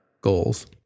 goals